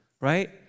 right